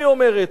היא אומרת.